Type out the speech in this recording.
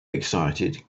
excited